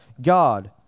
God